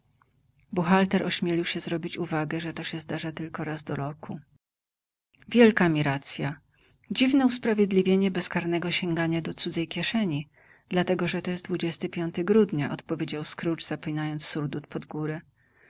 użytku buchalter ośmielił się zrobić uwagę że to się zdarza tylko raz do roku wielka mi racja dziwne usprawiedliwienie bezkarnego sięgania do cudzej kieszeni dlatego że to jest grudnia odpowiedział scrooge zapinając surdut pod górę